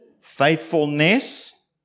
faithfulness